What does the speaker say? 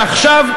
ועכשיו,